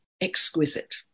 exquisite